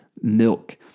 milk